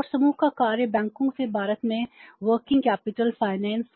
और समूह का कार्य बैंकों से भारत में वर्किंग कैपिटल फाइनेंस